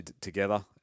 together